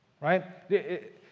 right